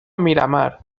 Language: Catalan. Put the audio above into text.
miramar